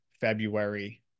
February